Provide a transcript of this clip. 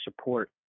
support